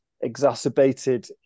exacerbated